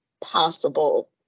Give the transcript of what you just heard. possible